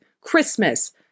Christmas